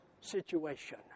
situation